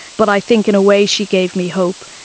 but i think in a way she gave me hope.